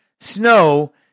snow